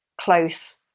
close